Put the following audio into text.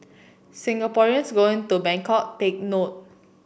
Singaporeans going to Bangkok take note